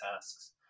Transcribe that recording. tasks